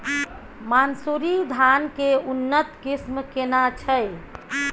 मानसुरी धान के उन्नत किस्म केना छै?